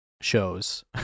shows